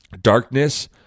darkness